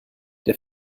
der